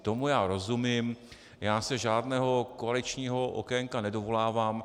Tomu já rozumím, já se žádného koaličního okénka nedovolávám.